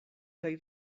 kaj